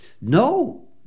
No